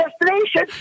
destination